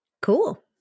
Cool